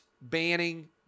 banning